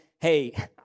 Hey